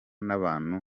n’abantu